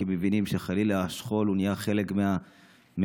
כי מבינים שחלילה השכול נהיה חלק מהמדינה.